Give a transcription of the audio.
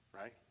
right